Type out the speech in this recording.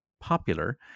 popular